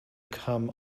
come